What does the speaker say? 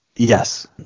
yes